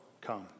come